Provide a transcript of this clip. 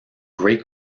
great